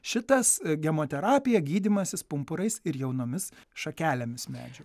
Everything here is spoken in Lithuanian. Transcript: šitas gemoterapija gydymasis pumpurais ir jaunomis šakelėmis medžių